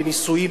לנישואין,